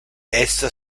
essa